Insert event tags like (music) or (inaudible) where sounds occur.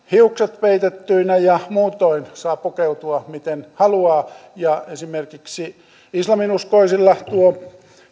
(unintelligible) hiukset peitettynä ja muutoin saa pukeutua miten haluaa ja esimerkiksi islaminuskoisilla tuo